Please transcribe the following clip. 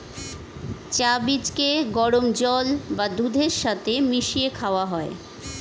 চা বীজকে গরম জল বা দুধের সাথে মিশিয়ে খাওয়া হয়